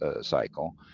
cycle